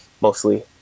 mostly